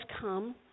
come